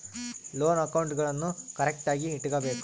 loan ಅಕೌಂಟ್ಗುಳ್ನೂ ಕರೆಕ್ಟ್ಆಗಿ ಇಟಗಬೇಕು